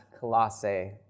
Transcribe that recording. Colossae